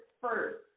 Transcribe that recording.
first